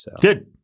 Good